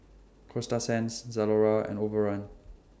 Coasta Sands Zalora and Overrun